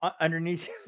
underneath